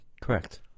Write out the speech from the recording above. Correct